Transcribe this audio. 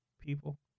people